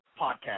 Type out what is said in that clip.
podcast